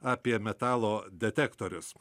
apie metalo detektorius